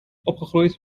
opgegroeid